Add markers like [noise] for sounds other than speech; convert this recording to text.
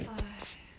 [noise]